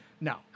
No